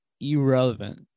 irrelevant